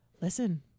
Listen